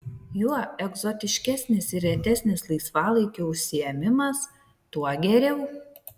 juo egzotiškesnis ir retesnis laisvalaikio užsiėmimas tuo geriau